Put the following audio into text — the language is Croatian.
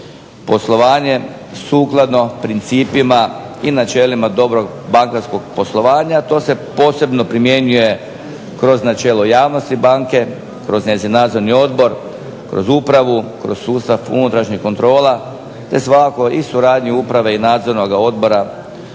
poslovanje sukladno principima i načelima dobrog bankarskog poslovanja. To se posebno primjenjuje kroz načelo javnosti banke, kroz njezin nadzorni odbor, kroz upravu, kroz sustav unutrašnjih kontrola te svakako i suradnji uprave i nadzornoga odbora